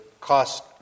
cost